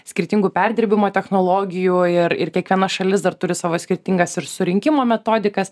skirtingų perdirbimo technologijų ir ir kiekviena šalis dar turi savo skirtingas ir surinkimo metodikas